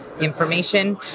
information